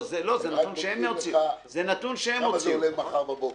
זה רק מדגים לך כמה זה עולה מחר בבוקר.